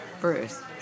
Bruce